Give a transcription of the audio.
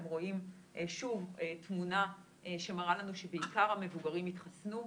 אתם רואים שוב תמונה שמראה לנו שבעיקר המבוגרים התחסנו,